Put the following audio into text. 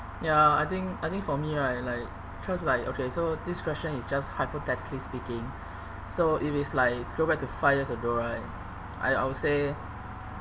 ya I think I think for me right like cause like okay so this question is just hypothetically speaking so if it's like go back to five years ago right I I would say